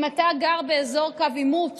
אם אתה גר באזור קו עימות